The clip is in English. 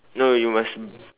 no you must